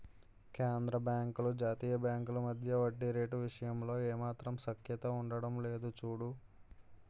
కేంద్రబాంకులు జాతీయ బాంకుల మధ్య వడ్డీ రేటు విషయంలో ఏమాత్రం సఖ్యత ఉండడం లేదు చూడు